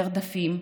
נרדפים,